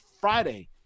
Friday